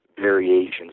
variations